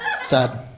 Sad